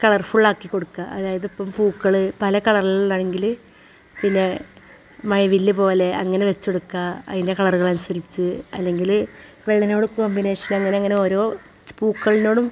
colourful ആക്കി കൊടുക്കുക അതായത് ഇപ്പോൾ പൂക്കൾ പല കളറിലാണെങ്കിൽ പിന്നെ മഴവില്ലു പോലെ അങ്ങനെ വെച്ചു കൊടുക്കുക അതിൻ്റെ കളറുകൾ അനുസരിച്ച് അല്ലെങ്കിൽ വേണനോട് കോമ്പിനേഷൻ എങ്ങനെ അങ്ങനെ ഓരോ പൂക്കളിനോടും